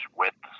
width